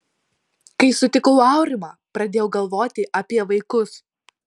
kai sutikau aurimą pradėjau galvoti apie vaikus